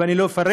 ואני לא אפרט.